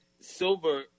Silver